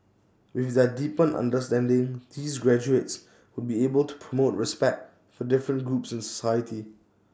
with their deepened understanding these graduates would be able to promote respect for different groups in society